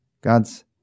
God's